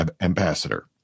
ambassador